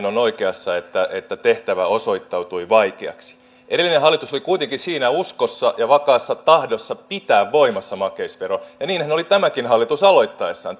on oikeassa että että tehtävä osoittautui vaikeaksi edellinen hallitus oli kuitenkin siinä uskossa ja vakaassa tahdossa pitää voimassa makeisvero ja niinhän oli tämäkin hallitus aloittaessaan